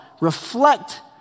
reflect